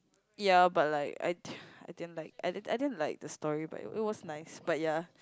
ya but like I I didn't like I I didn't like the story but it it was nice but ya